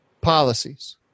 policies